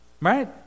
right